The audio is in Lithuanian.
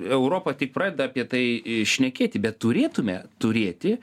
europa tik pradeda apie tai šnekėti bet turėtume turėti